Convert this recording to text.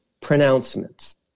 pronouncements